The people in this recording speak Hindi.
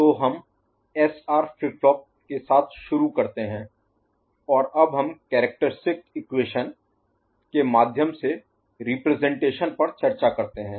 तो हम एसआर फ्लिप फ्लॉप के साथ शुरू करते हैं और अब हम कैरेक्टरिस्टिक इक्वेशन Characteristic Equation विशेषता समीकरण के माध्यम से रिप्रजेंटेशन पर चर्चा करते हैं